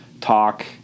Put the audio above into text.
talk